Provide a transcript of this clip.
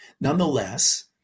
Nonetheless